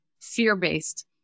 fear-based